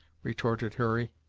retorted hurry.